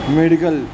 medical